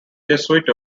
jesuit